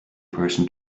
person